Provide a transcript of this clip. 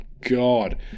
God